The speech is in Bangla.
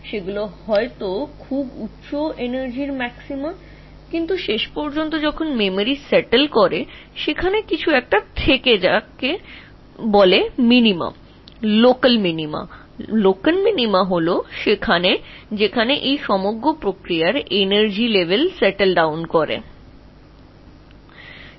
এগুলি উচ্চ শক্তি ম্যাক্সিমা হতে পারে তবে শেষ পর্যন্ত যখন মেমরি স্থির হয় তখন বলা হয় মিনিমা বা স্থানীয় মিনিমা যেখানে এই পুরো জিনিসটির শক্তি স্তর স্থিতিশীল অবস্থায় আসে